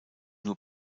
nur